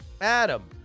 Adam